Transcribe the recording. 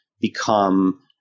become